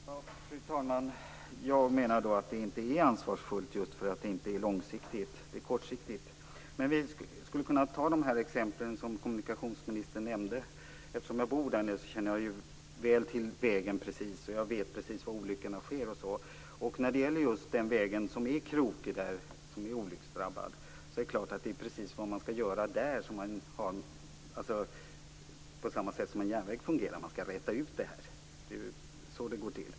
Fru talman! Jag menar att det inte är ansvarsfullt, just därför att det inte är långsiktigt utan kortsiktigt. Vi skulle kunna ta de exempel som kommunikationsministern nämnde. Eftersom jag bor där nere känner jag väl till vägen och vet precis var olyckorna sker. När det gäller just den krokiga vägsträcka som är olycksdrabbad är det klart, precis på samma sätt som i fråga om en järnväg, att man skall räta ut den. Det är ju så det går till.